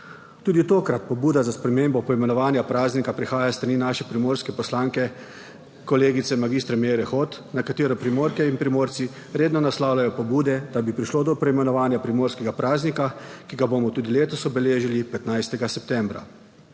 Tudi tokrat pobuda za spremembo poimenovanja praznika prihaja s strani naše primorske poslanke, kolegice magistre Meire Hot, na katero Primorke in Primorci redno naslavljajo pobude, da bi prišlo do poimenovanja primorskega praznika, ki ga bomo tudi letos obeležili 15. septembra